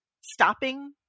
stopping